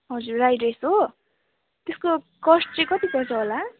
हजुर राई ड्रेस हो त्यसको कस्ट चाहिँ कति पर्छ होला